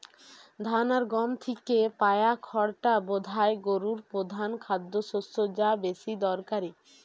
ধান আর গম থিকে পায়া খড়টা বোধায় গোরুর পোধান খাদ্যশস্য যা বেশি দরকারি